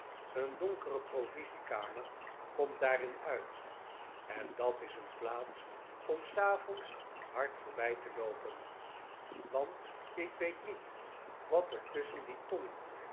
een donkere provisiekamer komt daarin uit en dat is eeii plaats om s avonds hard voorbij te loopen want ik weet niet wat er tusschen die